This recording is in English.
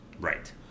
Right